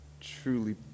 truly